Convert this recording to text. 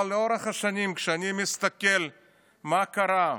אבל לאורך השנים, כשאני מסתכל מה קרה,